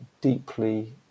deeply